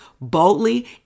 boldly